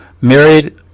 married